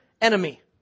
enemy